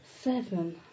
Seven